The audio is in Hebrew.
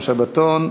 יום שבתון).